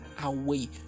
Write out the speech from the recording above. Away